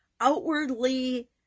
outwardly